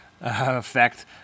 effect